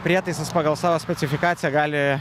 prietaisas pagal savo specifikaciją gali